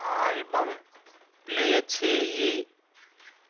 album play చేయి